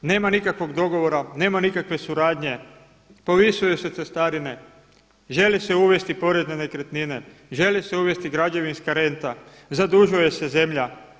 Nema nikakvog dogovora, nema nikakve suradnje, povisuju se cestarine, želi se uvesti porez na nekretnine, želi se uvesti građevinska renta, zadužuje se zemlja.